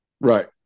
right